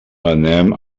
anem